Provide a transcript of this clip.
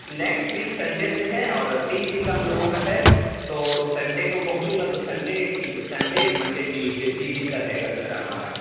next week Sunday سے ہے اور تین دن کا ہم لوگ کا ہے تو سنڈے کو پہنچوں گا تو سنڈے سنڈے منڈے ٹیوزڈے تین دن کا رہے گا سر ہمارا